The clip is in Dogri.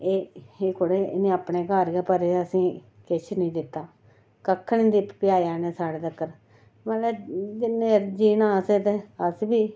एह् खबरै इ'नें अपने गै घर भरे असेंगी किश निं दित्ता कक्ख निं पजाया इ'नें साढ़े तगर मतलब जिन्ना जीना अस बी